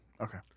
Okay